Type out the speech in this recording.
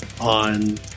on